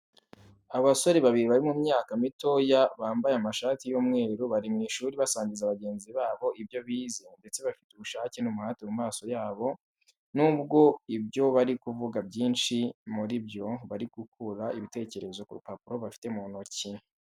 Abasore babiri bari mu myaka mitoya bambaya amashati y'umweru. Bari mu ishuri basangiza bagenzi babpo ibyo bize ndetse bafite ubushake n'umuhate mumaso habo n'ubwo ibyo bari kuvuga ibyinshi muri byo bari gukura ibitekerezo ku rupapuro bafite mu ntoki.